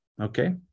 okay